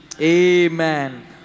Amen